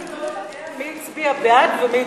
אתה אפילו לא יודע מי הצביע בעד ומי הצביע נגד.